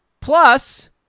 Plus